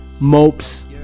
Mopes